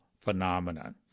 phenomenon